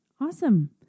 Awesome